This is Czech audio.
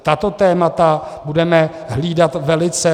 Tato témata budeme hlídat velice.